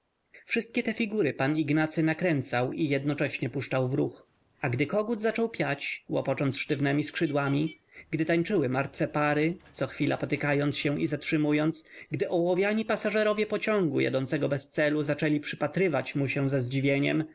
wszystkie te figury pan ignacy nakręcał i jednocześnie puszczał w ruch a gdy kogut zaczął piać łopocząc sztywnemi skrzydłami gdy tańczyły martwe pary cochwila potykając się i zatrzymując gdy ołowiani pasażerowie pociągu jadącego bez celu zaczęli przypatrywać mu się ze zdziwieniem